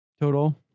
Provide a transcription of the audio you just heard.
total